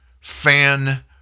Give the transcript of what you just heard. fan